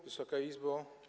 Wysoka Izbo!